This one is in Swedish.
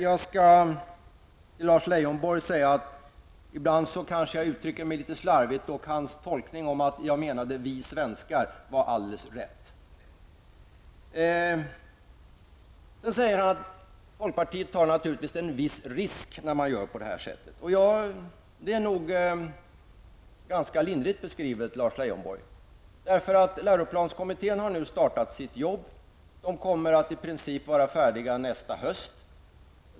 Till Lars Leijonborg vill jag säga att ibland kanske jag uttrycker mig litet slarvigt. Hans tolkning att jag menade ''vi svenskar'' var alldeles rätt. Lars Leijonborg säger att folkpartiet naturligtvis tar en viss risk när man accepterar förslaget om flexibel skolstart. Det är ganska lindrigt uttryckt, Lars Leijonborg. Läroplanskommittén har nu startat sitt jobb och kommer i princip att vara färdig nästa höst.